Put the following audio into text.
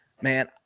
man